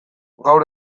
gaur